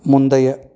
முந்தைய